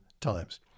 times